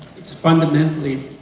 it's fundamentally